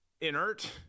inert